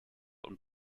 und